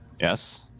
Yes